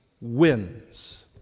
wins